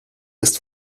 ist